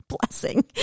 Blessing